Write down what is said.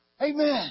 Amen